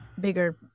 bigger